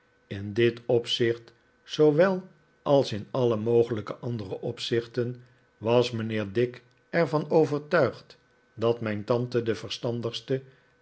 in dit opzicht zoowel als in alle mogelijke andere opzichten was mijnheer dick er van overtuigd dat mijn tante de verstandigste